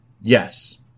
yes